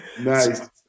Nice